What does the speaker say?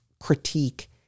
critique